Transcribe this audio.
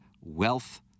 wealth